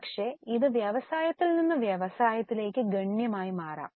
പക്ഷേ ഇത് വ്യവസായത്തിൽ നിന്ന് വ്യവസായത്തിലേക്ക് ഗണ്യമായി മാറാം